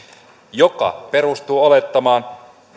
joka perustuu olettamaan